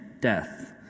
death